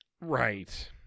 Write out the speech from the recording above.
Right